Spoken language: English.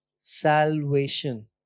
salvation